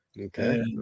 Okay